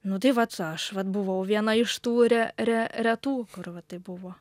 nu tai vat aš vat buvau viena iš tų re re retų kur va tai buvo